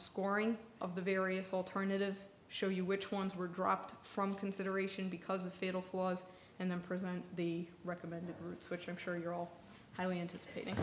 scoring of the various alternatives show you which ones were dropped from consideration because of fatal flaws and then present the recommended routes which i'm sure you're all highly anticipating